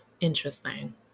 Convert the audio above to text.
Interesting